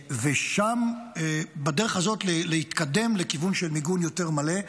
שם, בדרך הזאת להתקדם לכיוון של מיגון יותר מלא.